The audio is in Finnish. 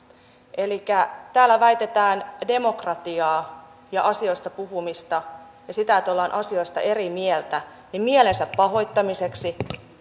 täällä väitetään demokratiaa ja asioista puhumista ja sitä että ollaan asioista eri mieltä mielensä pahoittamiseksi